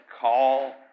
call